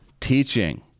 Teaching